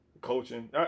coaching